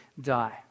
die